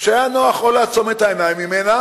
שהיה נוח או לעצום את העיניים כלפיה